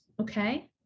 okay